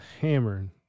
hammering